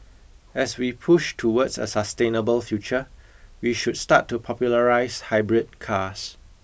as we push towards a sustainable future we should start to popularise hybrid cars